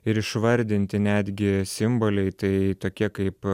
ir išvardinti netgi simboliai tai tokie kaip